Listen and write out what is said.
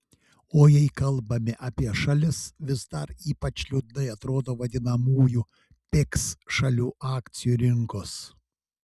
o jei kalbame apie šalis vis dar ypač liūdnai atrodo vadinamųjų pigs šalių akcijų rinkos